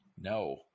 No